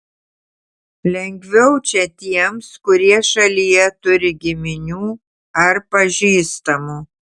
lengviau čia tiems kurie šalyje turi giminių ar pažįstamų